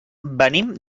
venim